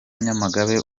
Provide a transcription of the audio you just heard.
nyamagabe